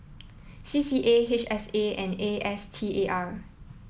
C C A H S A and A S T A R